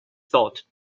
thought